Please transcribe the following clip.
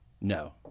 No